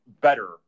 better